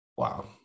Wow